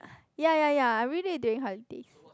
yea yea yea I read it during holidays